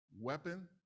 weapon